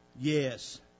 Yes